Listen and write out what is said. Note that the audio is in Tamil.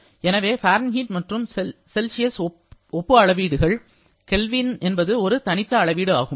எனவே ஃபாரன்ஹீட் மற்றும் செல்சியஸ் ஒப்பு அளவீடுகள் கெல்வின் என்பது ஒரு தனித்த அளவீடு ஆகும்